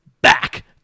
back